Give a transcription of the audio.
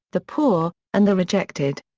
the poor, and the rejected.